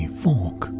fork